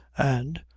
and,